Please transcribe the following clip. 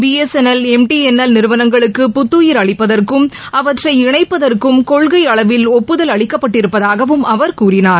BSNL M T N L நிறுவனங்களுக்கு புத்துயிர் அளிப்பதற்கும் அவற்றை இணைப்பதற்கும் கொள்கை அளவில் ஒப்புதல் அளிக்கப்பட்டிருப்பதாகவும் அவர் கூறினார்